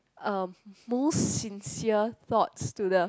uh most sincere thoughts to the